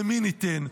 למי ניתן?